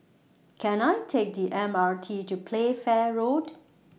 Can I Take The M R T to Playfair Road